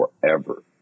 forever